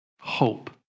Hope